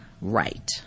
right